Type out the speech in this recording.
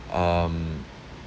um